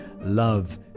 love